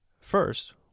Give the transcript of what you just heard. First